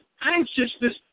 anxiousness